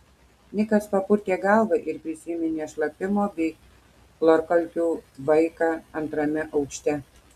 nikas papurtė galvą ir prisiminė šlapimo bei chlorkalkių tvaiką antrame aukšte